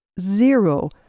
zero